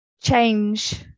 Change